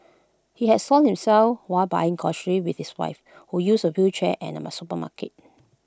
he had soiled himself while buying groceries with his wife who uses A wheelchair and ma supermarket